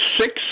six